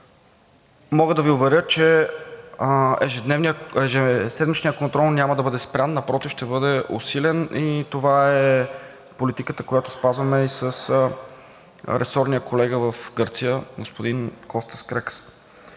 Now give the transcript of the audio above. Мога да Ви уверя, че ежеседмичният контрол няма да бъде спрян, напротив, ще бъде усилен и това е политиката, която спазваме и с ресорния колега в Гърция господин Костас Скрекас.